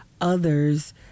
others